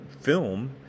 film